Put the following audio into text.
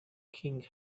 king